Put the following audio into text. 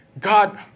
God